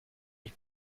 ich